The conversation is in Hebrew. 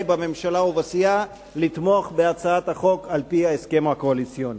בממשלה ובסיעה לתמוך בהצעת החוק על-פי ההסכם הקואליציוני.